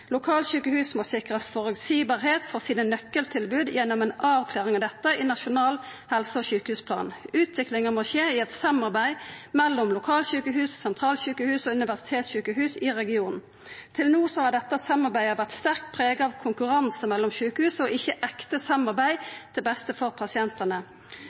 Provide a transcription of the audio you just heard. Lokalsjukehus må sikrast føreseielegheit for sine nøkkeltilbod gjennom ei avklaring av dette i Nasjonal helse- og sjukehusplan. Utviklinga må skje i eit samarbeid mellom lokalsjukehus, sentralsjukehus og universitetssjukehus i regionen. Til no har dette samarbeidet vore sterkt prega av konkurranse mellom sjukehus og ikkje av ekte samarbeid til beste for pasientane.